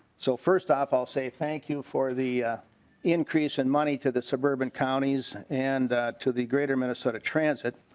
so first off i will say thank you for the increase in money to the suburban counties and to the greater minnesota transit.